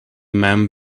men